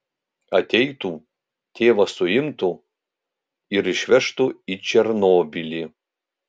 ateitų tėvas suimtų ir išvežtų į černobylį